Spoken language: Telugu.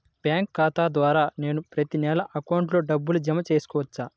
బ్యాంకు ఖాతా ద్వారా నేను ప్రతి నెల అకౌంట్లో డబ్బులు జమ చేసుకోవచ్చా?